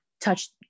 touch